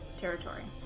territory